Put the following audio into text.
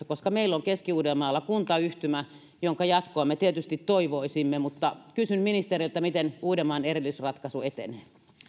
koska meillä on keski uudellamaalla kuntayhtymä jonka jatkoa me tietysti toivoisimme mutta kysyn ministeriltä miten uudenmaan erillisratkaisu etenee